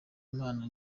imana